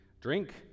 drink